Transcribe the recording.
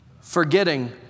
Forgetting